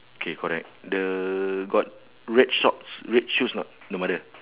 K correct the got red shorts red shoes or not the mother